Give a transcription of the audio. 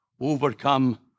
overcome